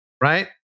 Right